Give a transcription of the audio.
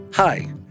Hi